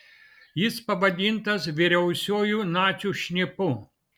jis pavadintas vyriausiuoju nacių šnipu